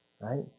right